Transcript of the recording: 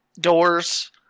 doors